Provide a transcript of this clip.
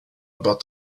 about